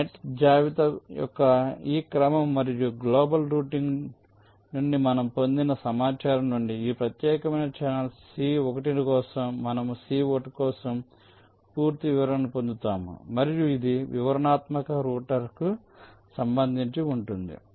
కాబట్టి నెట్ జాబితా యొక్క ఈ క్రమం మరియు గ్లోబల్ రౌటింగ్ నుండిమనము పొందిన సమాచారం నుండి ఈ ప్రత్యేకమైన ఛానల్ C1 కోసం మనము C1 కోసం పూర్తి వివరణను పొందుతాము మరియు ఇది వివరణాత్మక రౌటర్కు సంబంధించి ఉంటుంది